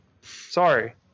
Sorry